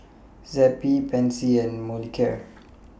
Zappy Pansy and Molicare